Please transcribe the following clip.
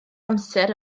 amser